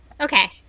Okay